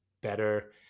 better